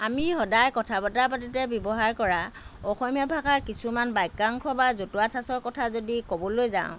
আমি সদাই কথা বতৰা পাতোঁতে ব্যৱহাৰ কৰা অসমীয়া ভাষাৰ কিছুমান বাক্যাংশ বা জতুৱা ঠাঁছৰ কথা যদি ক'বলৈ যাওঁ